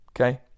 Okay